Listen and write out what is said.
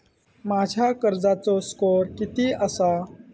माझ्या कर्जाचो स्कोअर किती आसा?